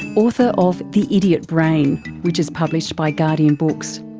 author of the idiot brain, which is published by guardian books.